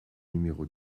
numéro